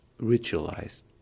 ritualized